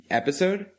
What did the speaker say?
episode